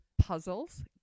puzzles